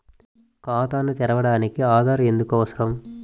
ఖాతాను తెరవడానికి ఆధార్ ఎందుకు అవసరం?